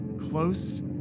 Close